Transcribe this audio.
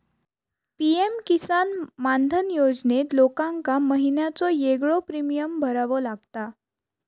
PM Kisan Maandhan योजनेत लोकांका महिन्याचो येगळो प्रीमियम भरावो लागता